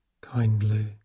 kindly